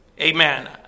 Amen